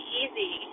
easy